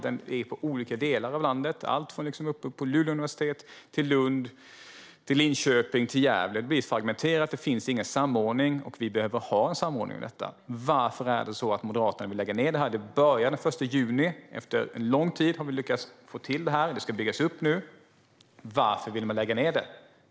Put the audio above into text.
Den finns i olika delar av landet, alltifrån uppe vid Luleå universitet till i Lund, Linköping och Gävle. Det blir fragmenterat, och det finns ingen samordning. Vi behöver ha en samordning. Varför vill Moderaterna lägga ned detta? Det öppnas den 1 juni; efter lång tid har vi fått till detta, och det ska nu byggas upp. Varför vill man lägga ned det?